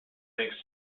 makes